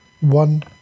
one